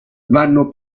vanno